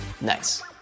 Nice